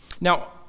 Now